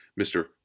Mr